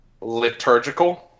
Liturgical